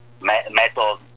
metal